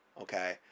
okay